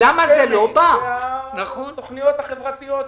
כסף המיועד לתוכניות החברתיות.